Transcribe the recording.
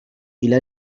إلى